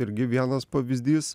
irgi vienas pavyzdys